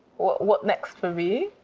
what next for me?